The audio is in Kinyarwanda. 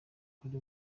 kuri